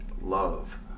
love